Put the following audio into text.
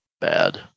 bad